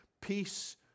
peace